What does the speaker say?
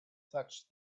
such